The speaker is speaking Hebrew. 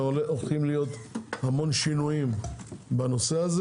והולכים להיות המון שינויים בנושא.